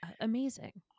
amazing